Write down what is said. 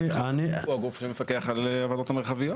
מינהל התכנון הוא הגוף שפקח על הוועדות המרחביות?